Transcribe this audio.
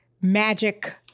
magic